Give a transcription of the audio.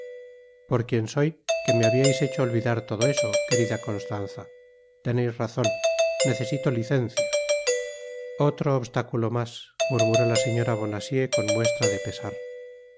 por quien soy que me habiais hecho olvidar todo eso querida constanza teneis razon necesito licencia otro obstáculo mas murmuró la señora bonacieux con muestra de pesar